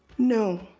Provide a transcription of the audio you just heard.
no,